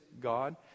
God